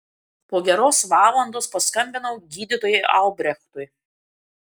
po geros valandos paskambinau gydytojui albrechtui